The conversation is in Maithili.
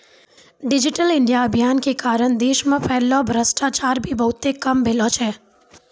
डिजिटल इंडिया अभियान के कारण देश मे फैल्लो भ्रष्टाचार भी बहुते कम भेलो छै